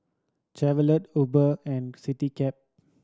Chevrolet Uber and Citycab